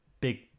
big